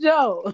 Joe